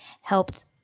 helped